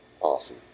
Awesome